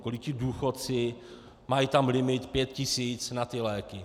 Kolik ti důchodci, mají tam limit pět tisíc na léky.